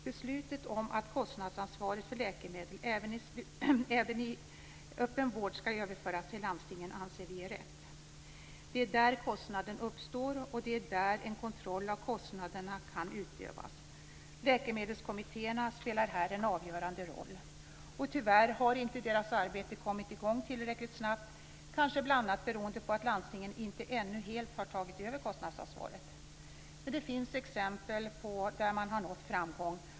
Beslutet om att kostnadsansvaret för läkemedel även i öppen vård skall överföras till landstingen anser vi är riktigt. Det är där kostnaden uppstår, och det är där en kontroll av kostnaderna kan utövas. Läkemedelskommittéerna spelar här en avgörande roll. Tyvärr har deras arbete inte kommit i gång tillräckligt snabbt, kanske bl.a. beroende på att landstingen ännu inte helt har tagit över kostnadsansvaret. Det finns exempel på att man har nått framgång.